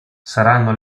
saranno